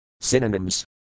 Synonyms